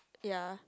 ya